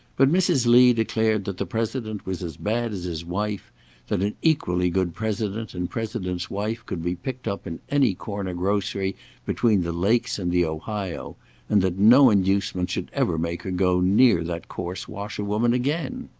but mrs. lee declared that the president was as bad as his wife that an equally good president and president's wife could be picked up in any corner-grocery between the lakes and the ohio and that no inducement should ever make her go near that coarse washerwoman again.